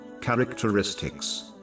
characteristics